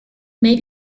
may